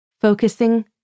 focusing